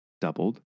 doubled